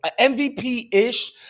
mvp-ish